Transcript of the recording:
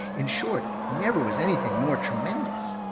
in short never was anything more tremendous.